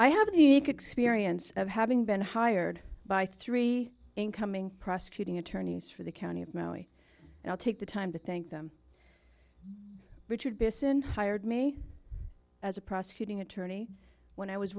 i have the experience of having been hired by three incoming prosecuting attorneys for the county and i'll take the time to thank them richard bisson hired me as a prosecuting attorney when i was